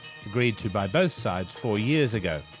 agreed to by both sides four years ago,